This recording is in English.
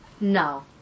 No